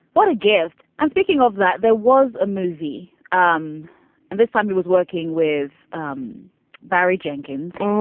what a gift. and speaking of that, there was a movie um and this time he was working with um barry jenkins.